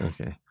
okay